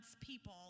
people